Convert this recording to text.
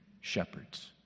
shepherds